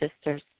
sisters